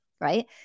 right